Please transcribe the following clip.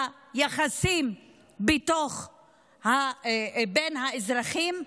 ביחסים בין האזרחים,